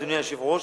אדוני היושב-ראש,